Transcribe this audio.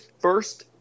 first